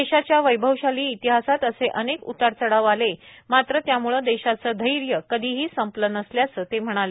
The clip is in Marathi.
देशाच्या वैभवशाली इतिहासात असे अनेक उतार चढाव आलेय मात्र त्याम्ळे देशाचे धैर्य कधी संपले नसल्याचंही ते म्हणाले